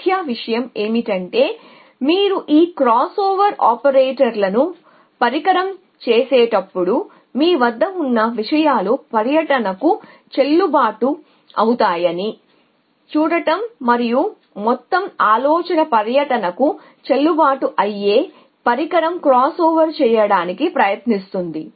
ముఖ్య విషయం ఏమిటంటే మీరు ఈ క్రాస్ఓవర్ ఆపరేటర్లను పరికరం చేసేటప్పుడు మీ వద్ద ఉన్న విషయాలు పర్యటనకు చెల్లుబాటు అవుతాయని చూడటం మరియు మొత్తం ఆలోచన పర్యటనకు చెల్లుబాటు అయ్యే పరికరం క్రాస్ చేయడానికి ప్రయత్నిస్తుంది